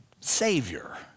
savior